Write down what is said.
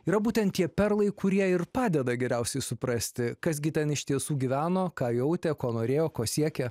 yra būtent tie perlai kurie ir padeda geriausiai suprasti kas gi ten iš tiesų gyveno ką jautė ko norėjo ko siekia